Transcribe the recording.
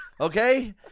okay